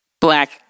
black